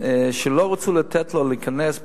כשלא רצו לתת לו להיכנס,